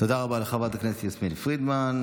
תודה רבה לחברת הכנסת יסמין פרידמן.